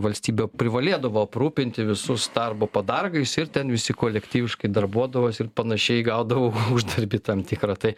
valstybė privalėdavo aprūpinti visus darbo padargais ir ten visi kolektyviškai darbuodavosi ir panašiai gaudavo uždarbį tam tikrą tai